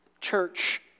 Church